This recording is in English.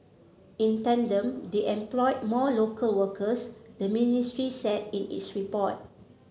in tandem they employed more local workers the ministry said in its report